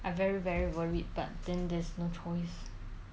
I very very worried but then there's no choice